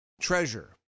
treasure